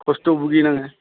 कस्त' भुगिनांङो